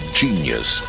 genius